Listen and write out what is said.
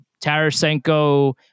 Tarasenko